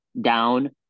down